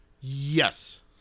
yes